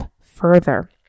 further